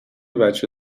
بچه